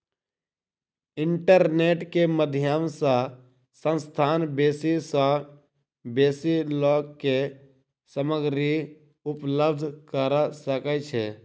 internet के माध्यम सॅ संस्थान बेसी सॅ बेसी लोक के सामग्री उपलब्ध करा सकै छै